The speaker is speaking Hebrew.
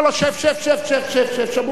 לא, לא, שב, שב, שב, שב, שב, שב.